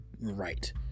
right